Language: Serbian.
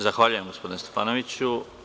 Zahvaljujem, gospodine Stefanoviću.